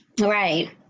Right